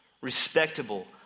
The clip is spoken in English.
respectable